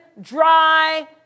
dry